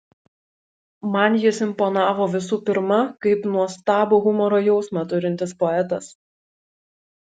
man jis imponavo visų pirma kaip nuostabų humoro jausmą turintis poetas